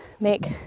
make